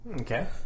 Okay